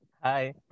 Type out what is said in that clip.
Hi